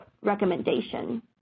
recommendation